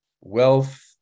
Wealth